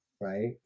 right